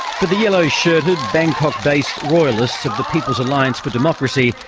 for the yellow-shirted, bangkok-based royalists of the people's alliance for democracy,